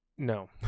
no